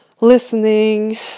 listening